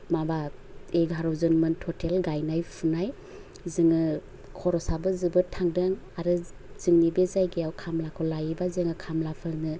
माबा एगार' जनमोन टटेल गायनाय फुनाय जोङो खरसाबो जोबोद थांदों आरो जोंनि बे जायगायाव खामलाखौ लायोबा जोङो खामलाफोरनो